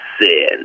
Sin